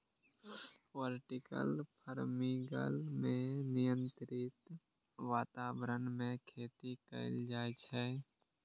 vertical farming मे नियंत्रित वातावरण मे खेती कैल जाइ छै